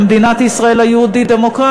במדינת ישראל היהודית-דמוקרטית,